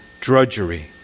drudgery